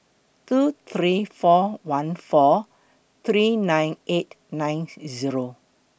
two three four one four three nine eight nine Zero